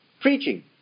preaching